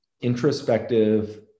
introspective